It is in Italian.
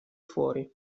fuori